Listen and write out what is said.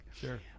sure